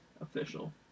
official